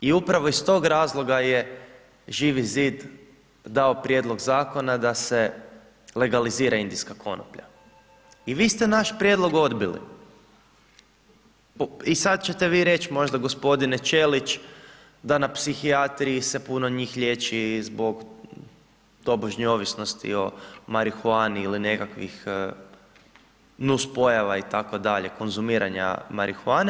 I upravo iz tog razloga je Živi zid dao prijedlog zakona, da se legalizira indijska konoplja i vi ste naš prijedlog odbili i sada ćete vi reći, možda gospodine Ćelić da na psihijatriji se puno njih liječi, zbog tobožnje ovisnosti o marihuani ili nekakvih nuspojava itd, konzumiranja marihuane.